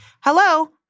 Hello